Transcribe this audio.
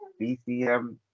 BCM